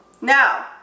now